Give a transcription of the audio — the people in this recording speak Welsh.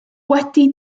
wedi